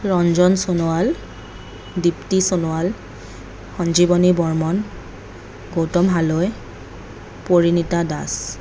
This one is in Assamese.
ৰঞ্জন সোণোৱাল দীপ্তি সোণোৱাল সঞ্জীৱনী বৰ্মন গৌতম হালৈ পৰিণীতা দাস